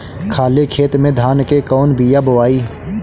खाले खेत में धान के कौन बीया बोआई?